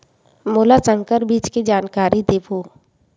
मोला संकर बीज के जानकारी देवो?